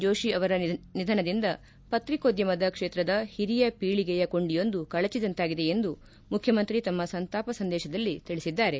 ಜೋಷಿ ಅವರ ನಿಧನದಿಂದ ಪತ್ರಿಕೋದ್ಯಮದ ಕ್ಷೇತ್ರದ ಹಿರಿಯ ಪೀಳಿಗೆ ಕೊಂಡಿಯೊಂದು ಕಳಚಿದಂತಾಗಿದೆ ಎಂದು ಮುಖ್ಯಮಂತ್ರಿ ತಮ್ಮ ಸಂತಾಪ ಸಂದೇಶದಲ್ಲಿ ತಿಳಿಸಿದ್ದಾರೆ